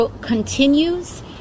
continues